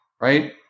right